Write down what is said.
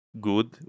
good